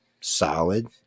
solid